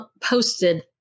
posted